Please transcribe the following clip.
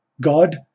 God